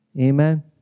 Amen